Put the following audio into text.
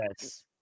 Yes